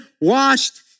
washed